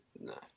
No